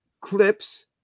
clips